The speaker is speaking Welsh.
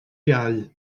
iau